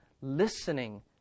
listening